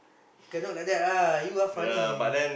cannot like that ah you ah funny